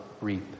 reap